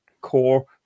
Core